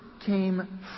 came